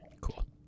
Cool